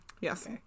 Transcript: Yes